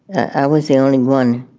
i was the only one.